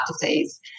disease